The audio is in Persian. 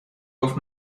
گفت